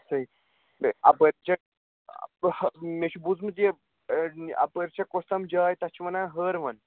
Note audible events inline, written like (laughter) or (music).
(unintelligible) اَپٲرۍ چھا مےٚ چھُ بوٗزمُت یہِ اَپٲرۍ چھِ کۄس تام جاے تَتھ چھِ ونان ہٲروَن